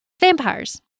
Vampires